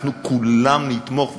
אנחנו כולנו נתמוך,